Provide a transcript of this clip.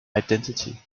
identity